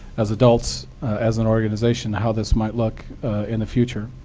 as adults, as an organization how this might look in the future.